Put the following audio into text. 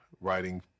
writing